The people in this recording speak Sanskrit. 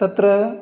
तत्र